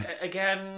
again